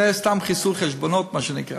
זה סתם חיסול חשבונות, מה שנקרא.